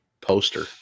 poster